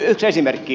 yksi esimerkki